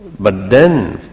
but then,